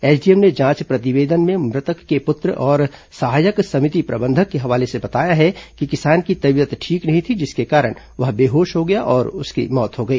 SDM ने जांच प्रतिवेदन में मृतक के पुत्र और सहायक समिति प्रबंधक के हवाले से बताया है कि किसान की तबीयत ठीक नहीं थी जिसके कारण वह बेहोश हो गया था और उसकी मौत हो गई